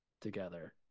together